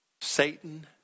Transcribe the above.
Satan